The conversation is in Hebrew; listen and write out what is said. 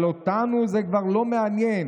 אבל אותנו זה כבר לא מעניין.